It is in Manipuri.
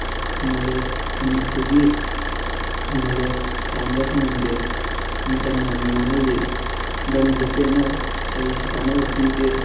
ꯅꯣꯂꯦꯖ ꯅꯨꯃꯤꯠꯇꯨꯒꯤ ꯅꯣꯂꯦꯖ ꯇꯥꯟꯕ ꯐꯪꯍꯟꯗꯦ ꯃꯇꯝ ꯌꯥꯝꯅ ꯃꯥꯡꯍꯜꯂꯤ ꯕꯟ ꯕ꯭ꯂꯣꯀꯦꯠꯅ ꯀꯔꯤꯁꯨ ꯀꯥꯟꯅꯕ ꯄꯤꯗꯦ